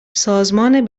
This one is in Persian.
سازمان